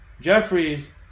Jeffries